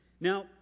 Now